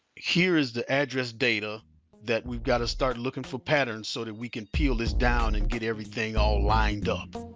here is the address data that we've got to start looking for patterns so that we can peel this down and get everything all lined up.